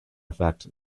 effect